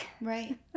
Right